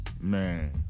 Man